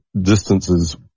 distances